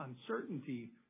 uncertainty